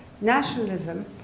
nationalism